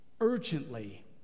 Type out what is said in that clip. urgently